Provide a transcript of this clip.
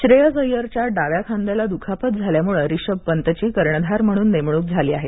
श्रेयस अय्यरच्या डाव्या खांद्याला दुखापत झाल्यामुळं रिषभ पंतची कर्णधार म्हणून नेमणुक झाली आहे